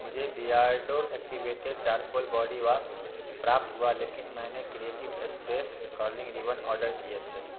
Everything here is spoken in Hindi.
मुझे बिअर्डो एक्टिवेटेड चारकोल बॉडीवॉश प्राप्त हुआ लेकिन मैंने creative space curling ribbon order किए थे